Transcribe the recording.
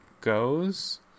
goes